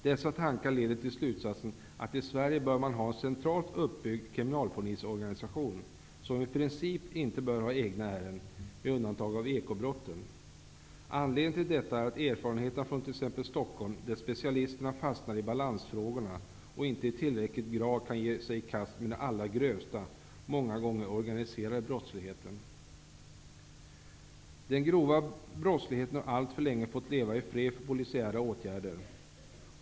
Dessa tankar leder till slutsatsen att i Sverige bör man ha en centralt uppbyggd kriminalpolisorganisation, som i princip inte bör ha egna ärenden, med undantag av ekobrotten. Anledningen till detta är erfarenheter från t.ex. Stockholm, där specialisterna fastnar i balansfrågorna och inte i tillräcklig utsträckning kan ge sig i kast med den allra grövsta, många gånger organiserade brottsligheten. Den grova brottsligheten har alltför länge fått leva i fred för polisiära åtgärder.